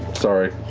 sorry.